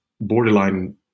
borderline